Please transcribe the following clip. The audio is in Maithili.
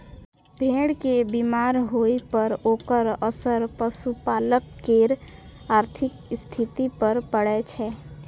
भेड़ के बीमार होइ पर ओकर असर पशुपालक केर आर्थिक स्थिति पर पड़ै छै